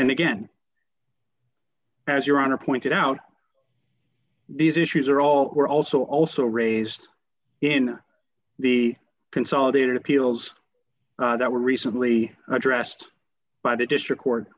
and again as your honor pointed out these issues are all we're also also raised in the consolidated appeals that were recently addressed by the district court